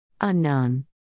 Unknown